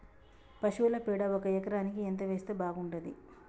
పశువుల పేడ ఒక ఎకరానికి ఎంత వేస్తే బాగుంటది?